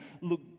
look